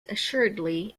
assuredly